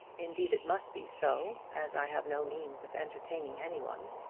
indeed it must be so, as i have no means of entertaining any one.